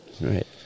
Right